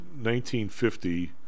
1950